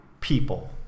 people